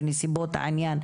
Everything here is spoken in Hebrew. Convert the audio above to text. בנסיבות העניין,